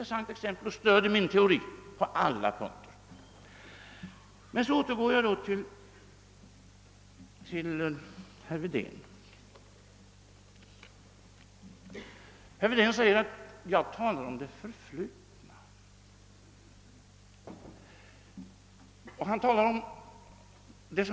Hur många ledare har inte skrivits på det temat!